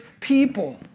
people